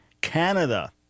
canada